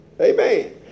Amen